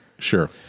Sure